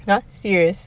!huh! serious